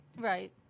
Right